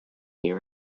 near